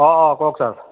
অঁ অঁ কওক ছাৰ